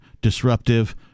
disruptive